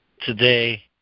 today